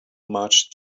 much